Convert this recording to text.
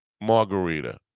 margarita